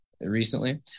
recently